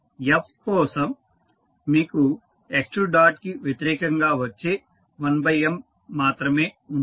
F కోసం మీకు x2కి వ్యతిరేకంగా వచ్చే 1M మాత్రమే ఉంటుంది